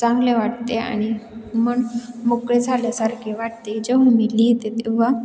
चांगले वाटते आणि मन मोकळे झाल्यासारखे वाटते जेव्हा मी लिहिते तेव्हा